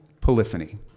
polyphony